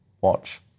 watch